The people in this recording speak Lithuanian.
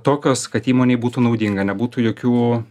tokios kad įmonei būtų naudinga nebūtų jokių